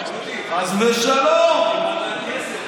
דודי,